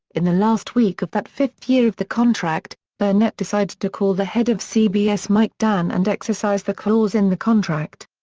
in the last week of that fifth year of the contract burnett decided to call the head of cbs mike dann and exercise the clause in the contract.